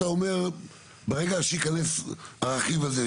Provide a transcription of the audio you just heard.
אתה אומר שברגע שיכנס הרכיב הזה,